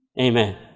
Amen